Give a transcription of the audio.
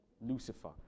Lucifer